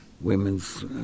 women's